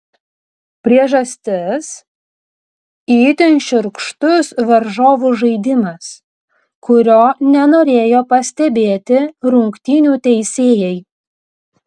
priežastis itin šiurkštus varžovų žaidimas kurio nenorėjo pastebėti rungtynių teisėjai